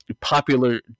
popular